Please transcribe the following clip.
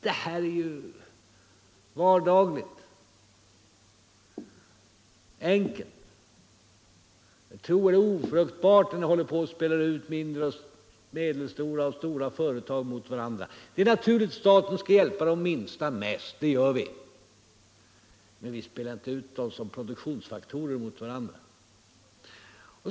Det här är ju vardagligt och enkelt. Jag tror att det är ofruktbart när ni håller på att spela ut mindre och medelstora företag mot varandra. Det är naturligt att staten skall hjälpa de minsta mest — det gör vi. Men vi spelar inte ut dem som produktionsfaktorer mot varandra.